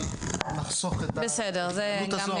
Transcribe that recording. אבל נחסוך את ההתדיינות הזו,